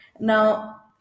Now